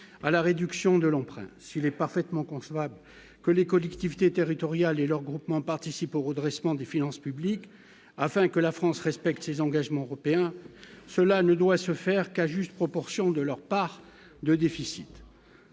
à la réduction de l'empreinte, s'il est parfaitement concevable que les collectivités territoriales et leurs groupements participent au redressement des finances publiques afin que la France respecte ses engagements européens, cela ne doit se faire qu'à juste proportion de leur part de déficit